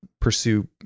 pursue